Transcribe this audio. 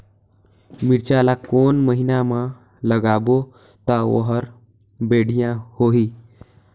मिरचा ला कोन महीना मा लगाबो ता ओहार बेडिया होही?